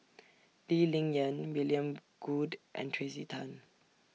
Lee Ling Yen William Goode and Tracey Tan